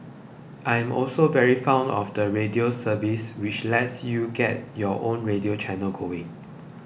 I am also very fond of the radio service which lets you get your own radio channel going